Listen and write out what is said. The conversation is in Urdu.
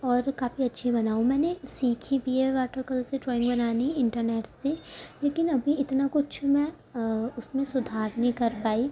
اور کافی اچھی بناؤں میں نے سیکھی بھی ہے واٹر کلر سے ڈرائنگ بنانی انٹرنیٹ سے لیکن ابھی اتنا کچھ میں اس میں سدھار نہیں کر پائی